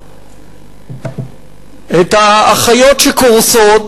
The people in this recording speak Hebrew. את האחיות שקורסות,